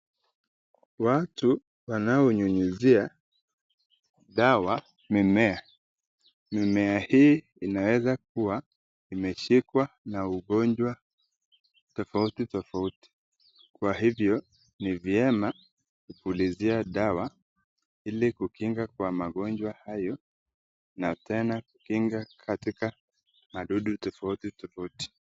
Watu wanaonyunyuzia dawa mimea. Mimea hii inaweza kua imeshikwa na ugonjwa tofauti tofauti. Kwa hivyo, ni vyema kupulizia dawa ili kunginga kwa magonjwa hayo na tena kukinga katika madudu tofauti tofauti.